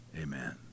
Amen